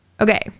Okay